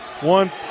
One